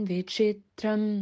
Vichitram